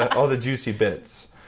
all the juicy bits.